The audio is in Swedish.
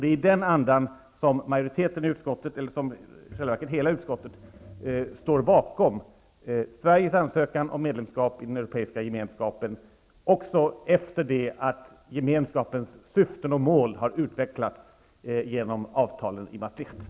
Det är i den andan som utskottet står bakom Europeiska gemenskapen, också efter det att gemenskapens syften och mål har utvecklats genom avtalen i Maastricht.